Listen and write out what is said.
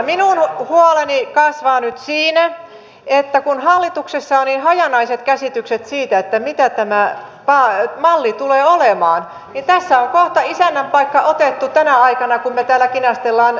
minun huoleni kasvaa nyt siitä että kun hallituksessa on niin hajanaiset käsitykset siitä mitä tämä malli tulee olemaan niin tässä on kohta isännän paikka otettu tänä aikana kun me täällä kinastelemme eduskuntasalissa